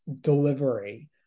delivery